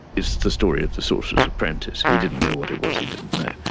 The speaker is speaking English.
it's the story of the sorcerer's apprentice, he didn't know what it was he didn't know.